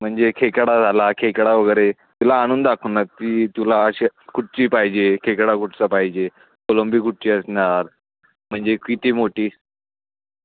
म्हणजे खेकडा झाला खेकडा वगैरे तुला आणून दाखवणार की तुला श् कुठची पाहिजे खेकडा कुठचा पाहिजे कोलंबी कुठची असणार म्हणजे किती मोठी